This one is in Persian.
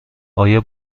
آیا